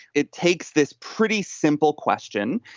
it takes this pretty simple question,